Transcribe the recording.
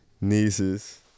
nieces